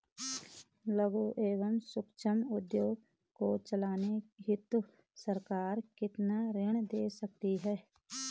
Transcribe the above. लघु एवं सूक्ष्म उद्योग को चलाने हेतु सरकार कितना ऋण देती है?